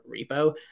repo